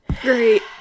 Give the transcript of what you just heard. great